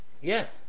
Yes